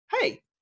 hey